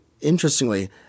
interestingly